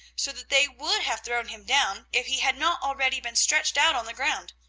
so that they would have thrown him down, if he had not already been stretched out on the ground,